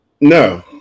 No